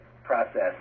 Process